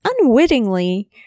unwittingly